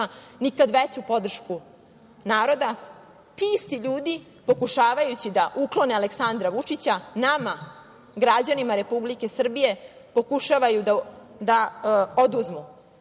nikad veću podršku naroda, ti isti ljudi pokušavajući da uklone Aleksandra Vučića nama građanima Republike Srbije pokušavaju da oduzmu